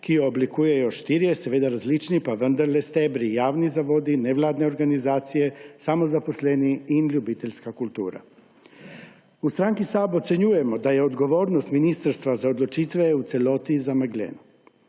ki jo oblikujejo štirje, seveda različni, pa vendar stebri: javni zavodi, nevladne organizacije, samozaposleni in ljubiteljska kultura. V stranki SAB ocenjujemo, da je odgovornost ministrstva za odločitve v celoti zamegljena.